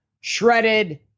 shredded